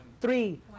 Three